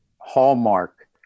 hallmark